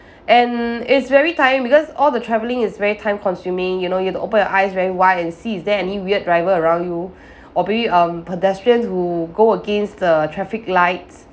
and it's very tiring because all the traveling is very time-consuming you know you've to open your eyes very wide and see is there any weird driver around you or maybe um pedestrians who go against the traffic lights